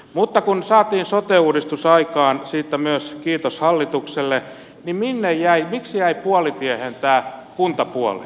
mutta kun saatiin sote uudistus aikaan siitä myös kiitos hallitukselle niin miksi jäi puolitiehen tämä kuntapuoli